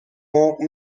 مرغ